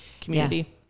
community